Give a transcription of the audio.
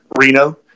Reno